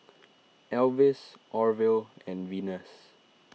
Elvis Orvil and Venus